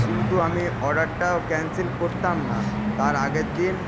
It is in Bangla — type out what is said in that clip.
কিন্তু আমি অর্ডারটাও ক্যানসেল করতাম না তার আগের দিন